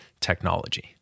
technology